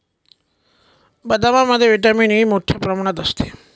बदामामध्ये vitamin E मोठ्ठ्या प्रमाणात असते